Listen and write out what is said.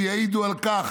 ויעידו על כך